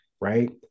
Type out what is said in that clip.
right